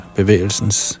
bevægelsens